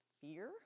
fear